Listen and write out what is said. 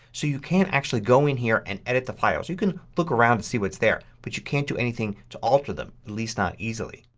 so you can't actually go in here and edit the files. you can look around to see what's there. but you can't do anything to alter them, at least not easily.